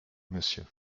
monsieur